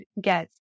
get